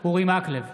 אורי מקלב,